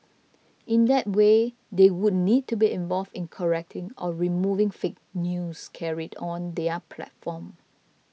in that way they would need to be involved in correcting or removing fake news carried on their platform